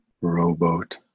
rowboat